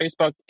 Facebook